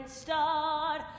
start